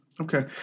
okay